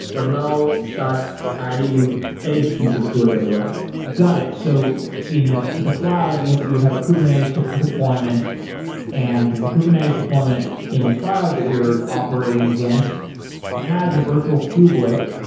but now start adding edge pieces to it as well got it. so in the the cloud, you have you would have a kubernetes deployment and the kubernetes deployment in the cloud that you're operating against has a virtual kubelet.